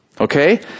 okay